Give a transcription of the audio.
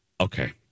okay